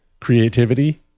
creativity